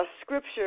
scripture